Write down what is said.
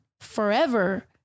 forever